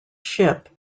ship